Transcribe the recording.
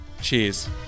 Cheers